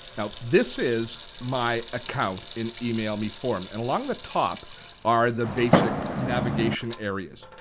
now this is my account in emailmeform and along the top are the basic navigation areas.